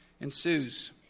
ensues